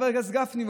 חבר הכנסת גפני,